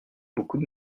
beaucoup